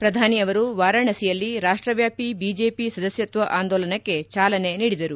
ಪ್ರಧಾನಿ ಅವರು ವಾರಾಣಾಸಿಯಲ್ಲಿ ರಾಷ್ಟವ್ಕಾಪಿ ಬಿಜೆಪಿ ಸದಸ್ಯತ್ವ ಅಂದೋಲನಕ್ಕೆ ಚಾಲನೆ ನೀಡಿದರು